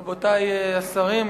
רבותי השרים,